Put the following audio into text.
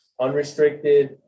unrestricted